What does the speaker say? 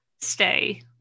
stay